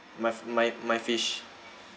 my f~ my my fish